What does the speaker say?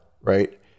right